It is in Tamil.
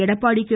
எடப்பாடி கே